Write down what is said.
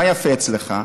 מה יפה אצלך?